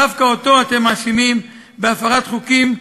ודווקא אותו אתם מאשימים בהפרת חוקים,